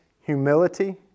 humility